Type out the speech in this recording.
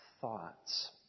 thoughts